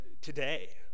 today